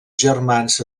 germans